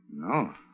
No